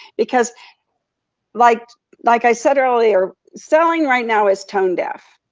because like like i said earlier, selling right now is tone deaf,